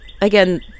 again